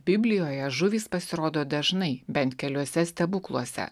biblijoje žuvys pasirodo dažnai bent keliuose stebukluose